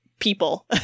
people